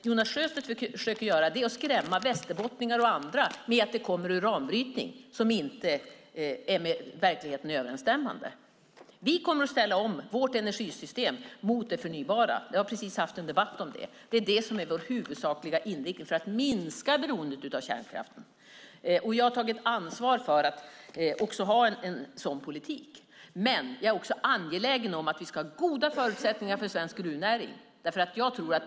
Jonas Sjöstedt försöker skrämma västerbottningar och andra med att det kommer uranbrytning, vilket inte är med verkligheten överensstämmande. Vi kommer att ställa om energisystemet mot det förnybara. Jag har precis haft en debatt om detta. Det är vår huvudsakliga inriktning för att minska beroendet av kärnkraft, och jag har tagit ansvar för den politiken. Jag är dock angelägen om att vi också ska ha goda förutsättningar för svensk gruvnäring.